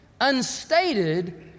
unstated